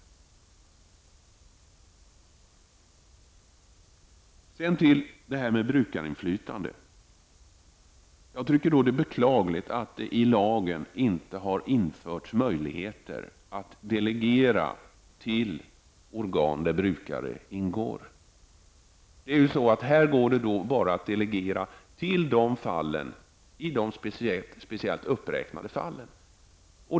Sedan till detta med brukarinflytande. Jag tycker att det är beklagligt att det i lagen inte har införts möjlighet att delegera till organ där brukare ingår. Det går bara att delegera i de speciellt uppräknade fallen.